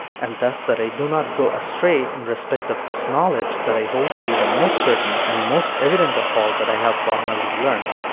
and thus that i do not go astray in respect of this knowledge that i hold to be the most certain and most evident of all that i have formerly learned.